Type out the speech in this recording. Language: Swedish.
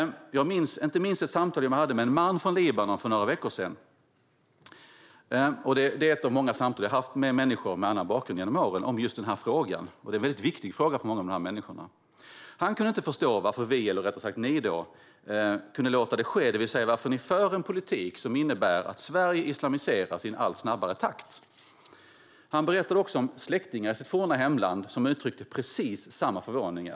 Jag minns inte minst ett samtal som jag hade med en man från Libanon för några veckor sedan. Detta är ett av många samtal jag har haft genom åren med människor med en annan bakgrund om just denna fråga, och det är en viktig fråga för många av de här människorna. Den här mannen kunde inte förstå hur vi, eller rättare sagt ni, kan låta detta ske. Han undrar varför ni för en politik som innebär att Sverige islamiseras i en allt snabbare takt. Han berättade också om släktingar i hans forna hemland Libanon som uttrycker precis samma förvåning.